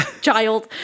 child